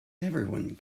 everyone